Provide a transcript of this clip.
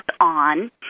on